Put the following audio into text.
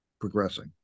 progressing